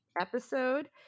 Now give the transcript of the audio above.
episode